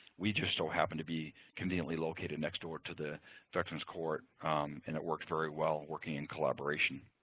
we just so happen to be conveniently located next door to the veterans court and it works very well working in collaboration.